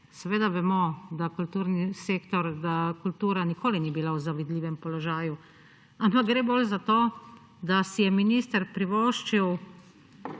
Seveda vemo, da kulturni sektor, da kultura nikoli ni bila v zavidljivem položaju, ampak gre bolj za to, da si je minister privoščil